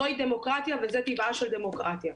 זוהי דמוקרטיה וזה טבעה של דמוקרטיה,